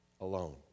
alone